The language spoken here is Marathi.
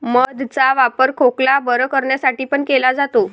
मध चा वापर खोकला बरं करण्यासाठी पण केला जातो